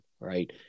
Right